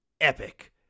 epic